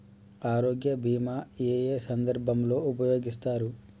ఆరోగ్య బీమా ఏ ఏ సందర్భంలో ఉపయోగిస్తారు?